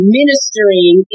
ministering